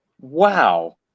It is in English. wow